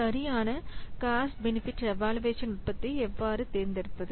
சரியான cost benefit evaluation நுட்பத்தை எவ்வாறு தேர்ந்தெடுப்பது